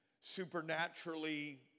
supernaturally